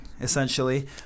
essentially